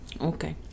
Okay